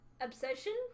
obsession